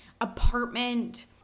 apartment